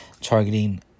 targeting